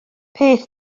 peth